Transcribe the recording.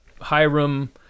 Hiram